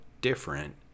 different